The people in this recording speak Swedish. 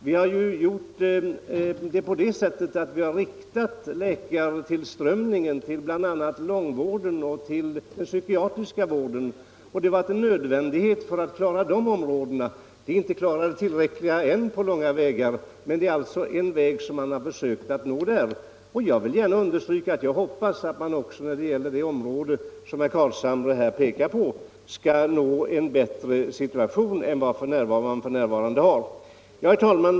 Vi har försökt lösa problemen genom att rikta läkartillströmningen till bl.a. långvården och den psykiatriska vården, och det har varit en nödvändighet för att klara dessa områden. De har ännu inte på långa vägar tillräckligt med läkare, men det är alltså en väg man har försökt gå. Jag vill gärna understryka att jag hoppas att man också när det gäller det område som herr Carlshamre här har pekat på skall kunna åstadkomma en bättre situation än f.n. Herr talman!